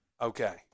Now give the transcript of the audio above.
Okay